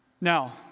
Now